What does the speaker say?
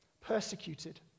persecuted